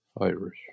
Irish